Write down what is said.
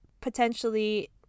potentially